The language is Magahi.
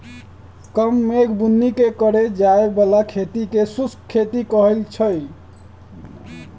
कम मेघ बुन्नी के करे जाय बला खेती के शुष्क खेती कहइ छइ